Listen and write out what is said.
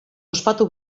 ospatu